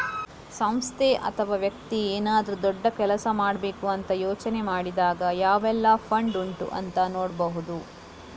ಸಂಸ್ಥೆ ಅಥವಾ ವ್ಯಕ್ತಿ ಏನಾದ್ರೂ ದೊಡ್ಡ ಕೆಲಸ ಮಾಡ್ಬೇಕು ಅಂತ ಯೋಚನೆ ಮಾಡಿದಾಗ ಯಾವೆಲ್ಲ ಫಂಡ್ ಉಂಟು ಅಂತ ನೋಡ್ಬಹುದು